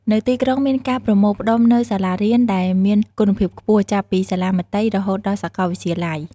នៅទីក្រុងមានការប្រមូលផ្តុំនូវសាលារៀនដែលមានគុណភាពខ្ពស់ ចាប់ពីសាលាមត្តេយ្យរហូតដល់សាកលវិទ្យាល័យ។